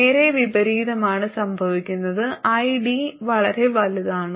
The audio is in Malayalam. നേരെ വിപരീതമാണ് സംഭവിക്കുന്നത് id വളരെ വലുതാണ്